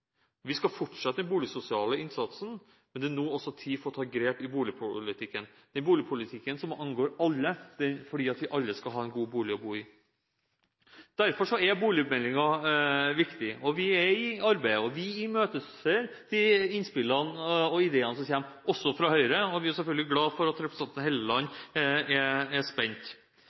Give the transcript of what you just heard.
Vi skal fortsette den boligsosiale innsatsen, men det er nå også tid for å ta grep i boligpolitikken – boligpolitikken som angår alle, fordi vi alle skal ha en god bolig. Derfor er boligmeldingen viktig. Vi er i arbeid, og vi imøteser innspillene og ideene som kommer – også fra Høyre – og vi er selvfølgelig glade for at representanten Helleland er spent.